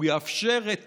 הוא יאפשר את